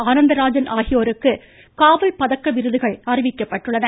ஆனந்தராஜன் ஆகியோருக்கு காவல் பதக்க விருதுகள் அறிவிக்கப்பட்டுள்ளன